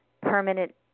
permanent